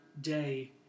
day